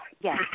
Yes